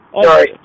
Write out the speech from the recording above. Sorry